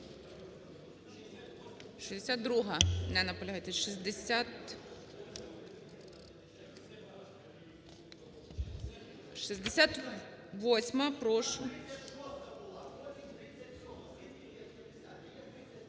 62-а. Не наполягаєте. 68-а, прошу.